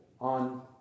on